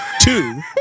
Two